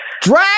drag